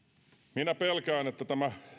minä pelkään että tämä